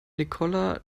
nicola